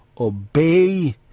obey